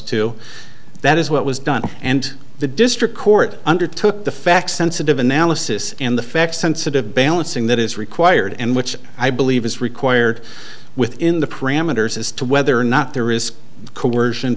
to that is what was done and the district court undertook the facts sensitive analysis and the facts sensitive balancing that is required and which i believe is required within the parameters as to whether or not there is coersion